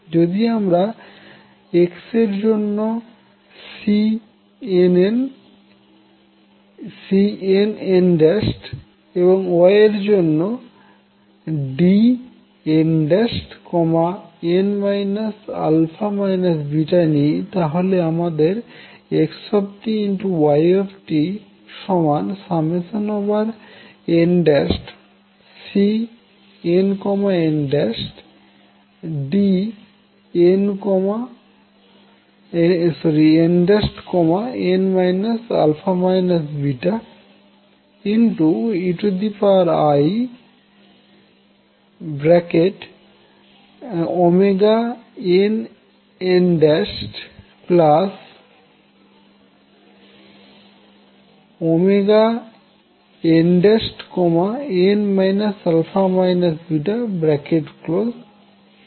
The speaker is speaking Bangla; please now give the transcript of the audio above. যদি আমরা X এর জন্য Cnn এবং Y এর জন্য Dnn α β নিই তাহলে আমাদের X Y nCnnDnn α βeinnnn α β হবে